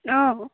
অঁ